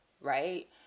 right